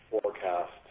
forecast